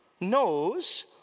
knows